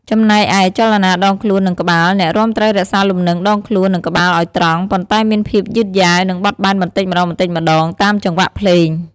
ចំណែកឯ ចលនាដងខ្លួន និងក្បាល អ្នករាំត្រូវរក្សាលំនឹងដងខ្លួន និងក្បាលឱ្យត្រង់ ប៉ុន្តែមានភាពយឺតយ៉ាវ និងបត់បែនបន្តិចម្ដងៗ តាមចង្វាក់ភ្លេង។